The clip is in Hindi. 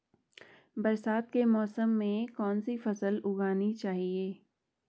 बरसात के मौसम में कौन सी फसल उगानी चाहिए?